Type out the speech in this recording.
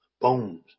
bones